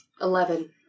Eleven